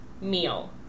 meal